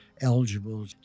eligible